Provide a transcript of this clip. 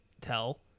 tell